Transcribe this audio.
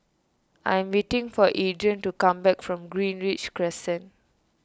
I am waiting for Adrien to come back from Greenridge Crescent